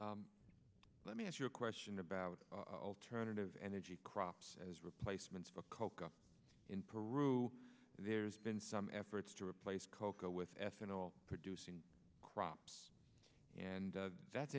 let me ask you a question about alternative energy crops as replacements for coca in peru and there's been some efforts to replace cocoa with ethanol producing crops and that's